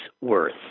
worth